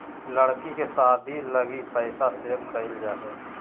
लड़की के शादी लगी पैसा सेव क़इल जा हइ